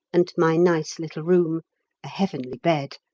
and my nice little room a heavenly bed!